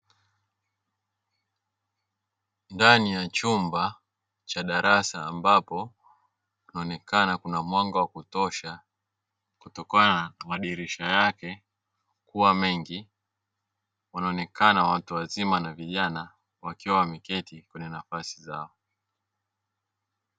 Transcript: Ndani ya chumba cha darasa, ambapo inaonekana kuna mwanga wa kutosha, kutokana na madirisha yake kuwa mengi. Wanaonekana watu wazima na vijana wakiwa wameketi kwenye nafasi zao.